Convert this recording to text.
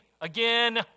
Again